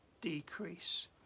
decrease